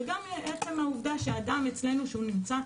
וגם מעצם העובדה שאדם שנמצא אצלנו,